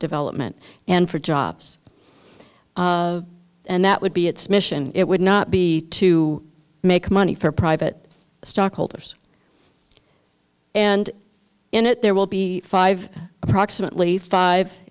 development and for jobs and that would be its mission it would not be to make money for private stockholders and in it there will be five approximately five